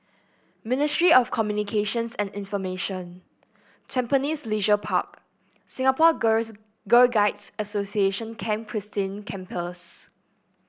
ministry of Communications and Information Tampines Leisure Park Singapore Girls Girl Guides Association Camp Christine Campers